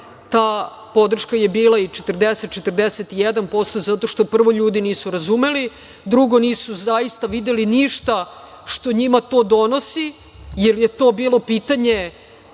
ta podrška je bila i 40%, 41% zato što prvo, ljudi nisu razumeli, drugo, nisu zaista videli ništa šta njima to donosi, jer je to bilo pitanje